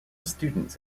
students